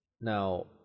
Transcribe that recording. now